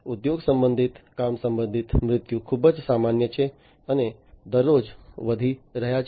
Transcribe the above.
ઉદ્યોગ સંબંધિત કામ સંબંધિત મૃત્યુ ખૂબ જ સામાન્ય છે અને દરરોજ વધી રહ્યા છે